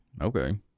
Okay